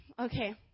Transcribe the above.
Okay